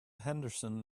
henderson